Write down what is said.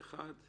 הצבעה בעד,